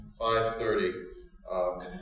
5.30